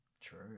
true